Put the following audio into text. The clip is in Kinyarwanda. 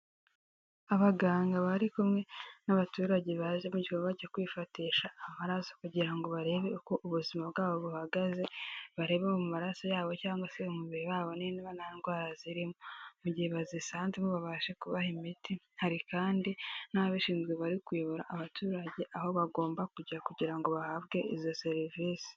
Abaganga bari kumwe n'abaturage baje mu gikorwa cyo kwifatisha amaraso kugira ngo barebe uko ubuzima bwabo buhagaze, barebe mu maraso yabo cyangwa se mu mubiri wabo niba nta ndwara zirimo, mu gihe bazisanzemo babashe kubaha imiti, hari kandi n'ababishinzwe bari kuyobora abaturage aho bagomba kujya kugira ngo bahabwe izo serivise.